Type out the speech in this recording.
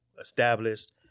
established